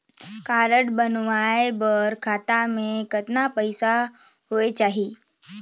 Card बनवाय बर खाता मे कतना पईसा होएक चाही?